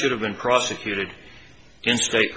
should have been prosecuted in state